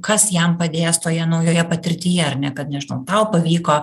kas jam padės toje naujoje patirtyje ar ne kad nežinau tau pavyko